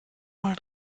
mal